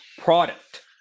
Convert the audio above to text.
product